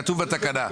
כתוב בתקנה,